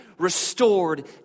restored